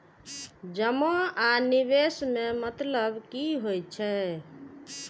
जमा आ निवेश में मतलब कि होई छै?